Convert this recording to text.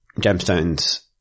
gemstones